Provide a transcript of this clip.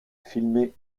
filmés